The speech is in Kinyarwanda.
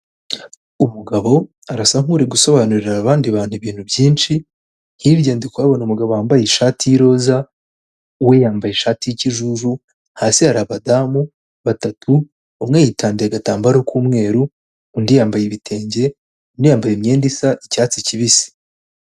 Umugabo arasa nk'uri gusobanurira abandi bantu ibintu byinshi, hirya ndi kuhabona umugabo wambaye ishati y'iroza, we yambaye ishati y'ikijuju, hasi hari abadamu batatu, umwe yitandiye agatambaro k'umweru, undi yambaye ibitenge, undi yambaye imyenda isa icyatsi kibisi.